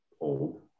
old